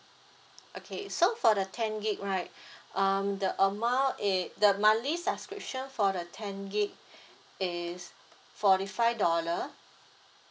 okay so for the ten gig right um the amount is the monthly subscription for the ten gig is forty five dollar